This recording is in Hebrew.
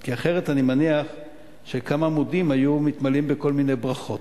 כי אחרת אני מניח שכמה עמודים היו מתמלאים בכל מיני ברכות.